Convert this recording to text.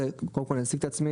קודם כל אני אציג את עצמי,